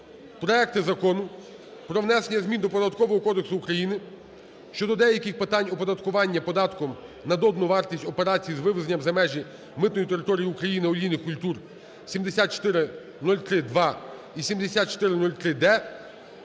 проекти Закону про внесення змін до Податкового кодексу України щодо деяких питань оподаткування податком на додану вартість операцій з вивезення за межі митної території України олійних культур (7403-2 і 7403-д).